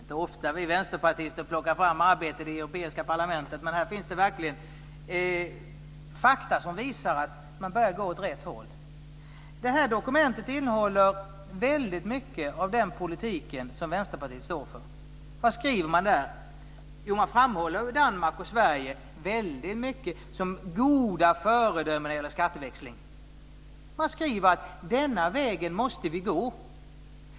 Det är inte ofta vi vänsterpartister plockar fram arbeten därifrån, men här finns det verkligen fakta som visar att man börjar gå åt rätt håll. Detta dokument innehåller väldigt mycket av den politik Vänsterpartiet står för. Vad skriver man? Jo, man framhåller väldigt mycket Danmark och Sverige som goda föredömen när det gäller skatteväxling. Denna väg måste vi gå, skriver man.